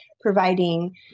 providing